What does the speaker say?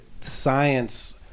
science